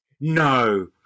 No